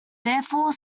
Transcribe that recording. therefore